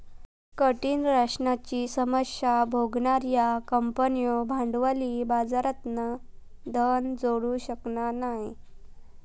कठीण राशनाची समस्या भोगणार्यो कंपन्यो भांडवली बाजारातना धन जोडू शकना नाय